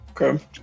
Okay